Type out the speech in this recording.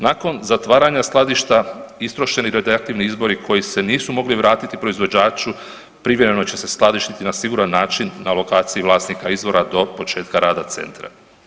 Nakon zatvaranja skladišta, istrošeni radioaktivni izvori koji se nisu mogli vratiti proizvođači privremeno će se skladištiti na siguran način na lokaciji vlasnika izvora do početka rada centra.